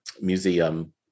museum